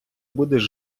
будеш